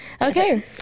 Okay